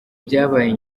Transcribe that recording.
byabaye